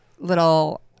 little